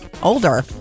Older